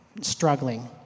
struggling